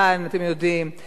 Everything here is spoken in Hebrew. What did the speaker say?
אתם יודעים,